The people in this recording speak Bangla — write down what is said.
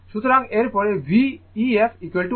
সুতরাং এরপরে V efI গুণ Z ef